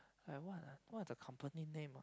like what ah what the company name ah